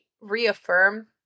reaffirm